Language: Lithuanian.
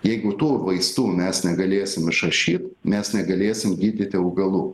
jeigu tų vaistų mes negalėsim išrašyt mes negalėsim gydyti augalų